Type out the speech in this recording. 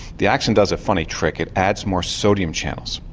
the axon does a funny trick it adds more sodium channels.